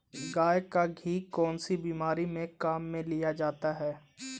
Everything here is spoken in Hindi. गाय का घी कौनसी बीमारी में काम में लिया जाता है?